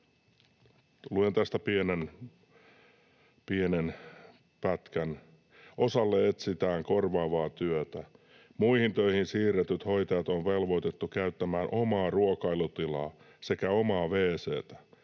Luen tästä pienen pätkän: ”Osalle etsitään korvaavaa työtä. Muihin töihin siirretyt hoitajat on velvoitettu käyttämään omaa ruokailutilaa sekä omaa wc:tä.